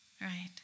right